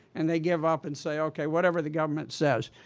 and they give up and say, ok, whatever the government says.